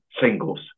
singles